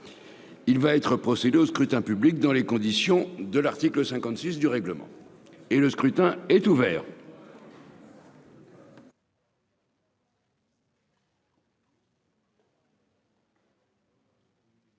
Il va être procédé au scrutin dans les conditions fixées par l'article 56 du règlement. Le scrutin est ouvert.